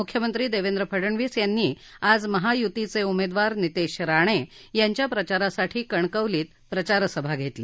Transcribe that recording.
मुख्यमंत्री देवेंद्र फडणवीस यांनी आज महायुतीचे उमेदवार नितेश राणे यांच्या प्रचारासाठी कणकवलीत प्रचार सभा घेतली